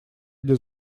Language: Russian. для